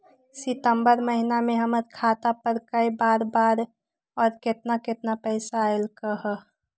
सितम्बर महीना में हमर खाता पर कय बार बार और केतना केतना पैसा अयलक ह?